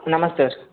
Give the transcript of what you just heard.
ನಮಸ್ತೆ